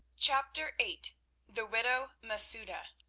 chapter eight the widow masouda